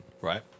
Right